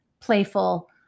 playful